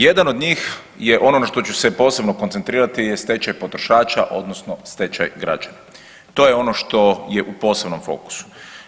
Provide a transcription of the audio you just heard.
Jedan od njih je ono na što ću se posebno koncentrirati je stečaj potrošača odnosno stečaj građana, to je ono što je u posebnom fokusu.